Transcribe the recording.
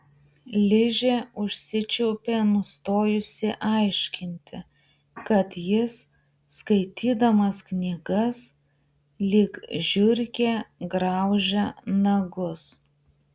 ližė užsičiaupė nustojusi aiškinti kad jis skaitydamas knygas lyg žiurkė graužia nagus